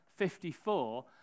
54